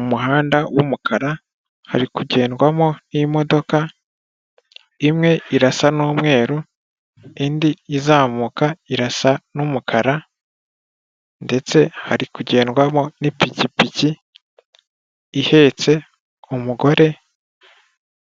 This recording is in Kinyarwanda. Umuhanda w'umukara, uri kugendwamo n'imodoka; imwe y'umweru, indi y'umukara ndetse n'pikipiki